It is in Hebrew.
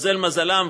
התמזל מזלם,